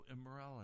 immorality